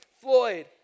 Floyd